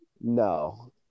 No